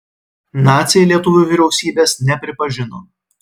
naciai lietuvių vyriausybės nepripažino